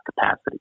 capacity